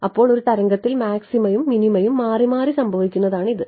അതിനാൽ ഒരു തരംഗത്തിൽ മാക്സിമയും മിനിമയും മാറിമാറി സംഭവിക്കുന്നതാണ് ഇത്